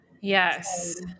Yes